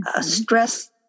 stress